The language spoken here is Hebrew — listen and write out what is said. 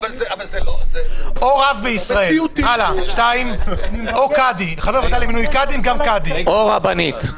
או רב בישראל או קאדי --- או רבנית.